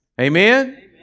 Amen